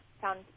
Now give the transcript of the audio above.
found